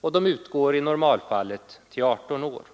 och de utgår i normalfallet till 18 års ålder.